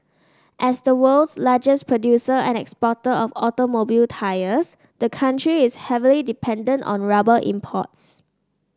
as the world's largest producer and exporter of automobile tyres the country is heavily dependent on rubber imports